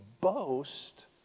boast